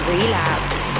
Relapse